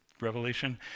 Revelation